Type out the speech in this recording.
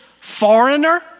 foreigner